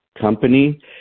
Company